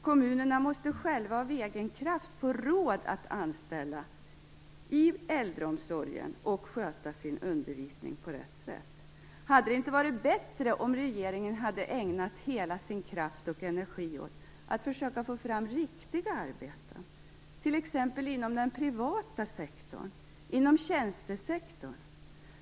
Kommunerna måste av egen kraft få råd att anställa inom äldreomsorgen och sköta sin undervisning på rätt sätt. Hade det inte varit bättre om regeringen hade ägnat hela sin kraft åt att försöka få fram riktiga arbeten, t.ex. inom den privata sektorn och tjänstesektorn?